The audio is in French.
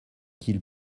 qu’il